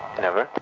never?